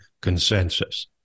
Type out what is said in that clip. consensus